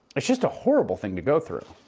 it's just a horrible thing to go through.